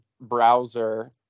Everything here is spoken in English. browser